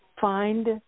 find